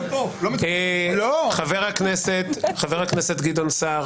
חבר הכנסת גדעון סער,